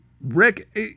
Rick